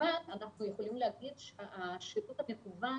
אנחנו יכולים להגיד שהשירות המקוון